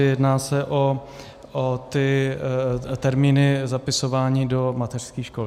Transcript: Jedná se o ty termíny zapisování do mateřských škol.